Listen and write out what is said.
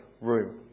room